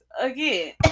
again